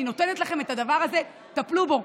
היא נותנת לכם את הדבר הזה, טפלו בו.